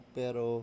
pero